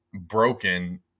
broken